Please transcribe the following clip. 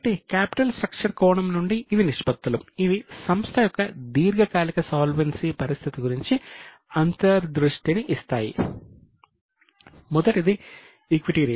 కాబట్టి capital structure పరిస్థితి గురించి అంతర్దృష్టిని ఇస్తాయి